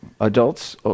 adults